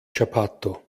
cappato